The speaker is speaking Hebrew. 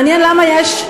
מעניין למה יש,